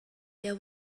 there